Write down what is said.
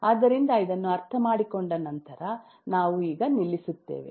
ಆದ್ದರಿಂದ ಇದನ್ನು ಅರ್ಥಮಾಡಿಕೊಂಡ ನಂತರ ನಾವು ಈಗ ನಿಲ್ಲಿಸುತ್ತೇವೆ